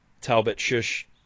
Talbot-Shush